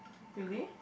really